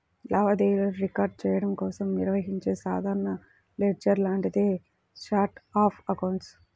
లావాదేవీలను రికార్డ్ చెయ్యడం కోసం నిర్వహించే సాధారణ లెడ్జర్ లాంటిదే ఛార్ట్ ఆఫ్ అకౌంట్స్